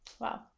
Wow